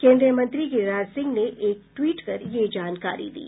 केन्द्रीय मंत्री गिरिराज सिंह ने एक ट्वीट कर यह जानकारी दी